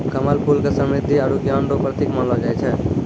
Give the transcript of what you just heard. कमल फूल के समृद्धि आरु ज्ञान रो प्रतिक मानलो जाय छै